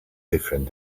different